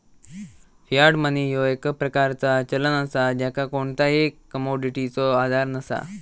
Fiat money ह्यो एक प्रकारचा चलन असा ज्याका कोणताही कमोडिटीचो आधार नसा